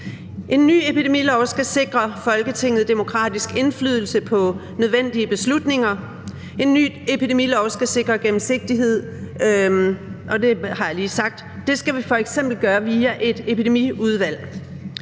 En ny epidemilov skal sikre Folketinget demokratisk indflydelse på nødvendige beslutninger. En ny epidemilov skal sikre gennemsigtighed – det har jeg lige sagt – og det skal vi f.eks. gøre via et epidemiudvalg.